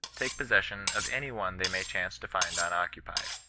take possession of any one they may chance to find unoccupied.